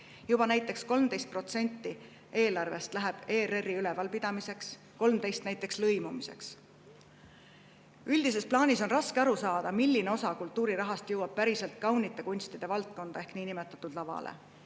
Juba [ainuüksi] 13% eelarvest läheb näiteks ERR‑i ülalpidamiseks, 13% näiteks lõimumiseks. Üldises plaanis on raske aru saada, milline osa kultuurirahast jõuab päriselt kaunite kunstide valdkonda ehk niinimetatud lavale.